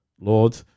Lord